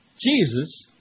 Jesus